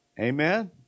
Amen